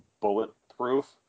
bulletproof